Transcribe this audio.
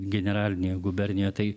generalinė gubernija tai